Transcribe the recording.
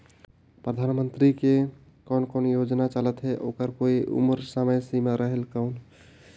परधानमंतरी के कोन कोन योजना चलत हे ओकर कोई उम्र समय सीमा रेहेल कौन?